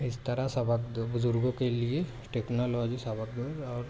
اس طرح سبب بزرگوں کے لیے ٹیکنالوجی سبب اور